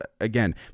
again